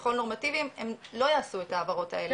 כביכול נורמטיביים הם לא עשו את ההעברות האלה.